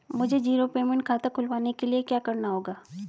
मुझे zero payment खाता खुलवाने के लिए क्या करना होगा?